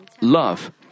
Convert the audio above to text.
love